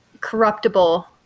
corruptible